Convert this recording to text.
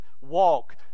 walk